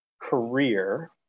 career